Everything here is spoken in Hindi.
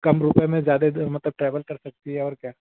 कम रुपये में ज़्यादा मतलब ट्रैवल कर सकती हैं और क्या